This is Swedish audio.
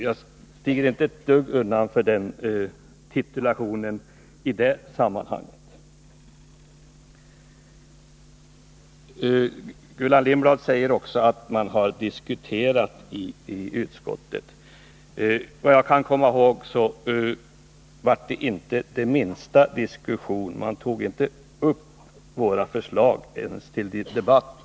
Den tituleringen gör mig 151 inte ett dugg i det sammanhanget. Gullan Lindblad sade också att man har diskuterat i utskottet. Om jag minns rätt blev det inte den minsta diskussion. I utskottet togs våra förslag inte ens upp till debatt.